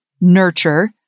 nurture